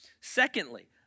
secondly